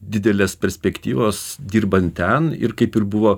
didelės perspektyvos dirbant ten ir kaip ir buvo